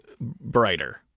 brighter